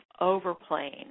overplaying